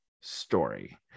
story